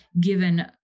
given